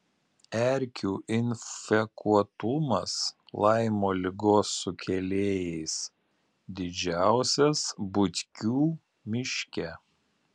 erkių infekuotumas laimo ligos sukėlėjais didžiausias butkių miške